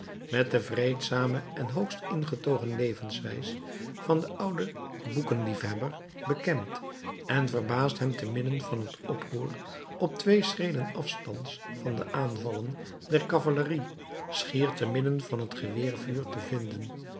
met de vreedzame en hoogst ingetogen levenswijs van den ouden boekenliefhebber bekend en verbaasd hem te midden van het oproer op twee schreden afstands van de aanvallen der cavalerie schier te midden van t geweervuur te vinden